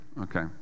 Okay